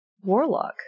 warlock